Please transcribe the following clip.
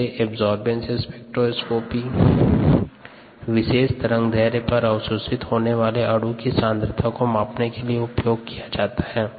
जैसे absorbance spectroscopy विशेष तरंगदैर्ध्य पर अवशोषित होने वाले अणु की सांद्रता को मापने के लिए उपयोग किया जाता है